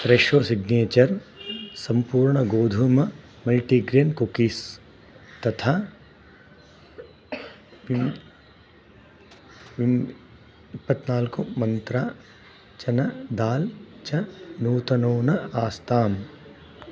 Fresho signature सम्पूर्णं गोधूम multigrain cookies तथा पिन् विं इप्पत्नाल्कु मन्त्रा चना दाल् च नूतनौ न आस्ताम्